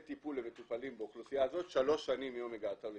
טיפול למטופלים באוכלוסייה הזאת שלוש שנים מיום הגעתו לישראל.